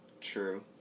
True